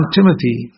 Timothy